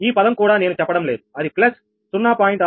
ఈ పదం కూడా నేను చెప్పడం లేదు అది ప్లస్ 0